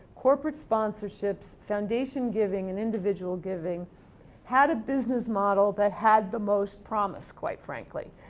corporate sponsorships, foundation giving, and individual giving had a business model that had the most promise, quite frankly.